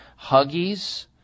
Huggies